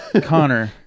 Connor